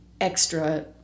extra